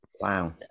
Wow